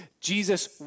Jesus